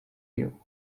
you